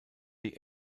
die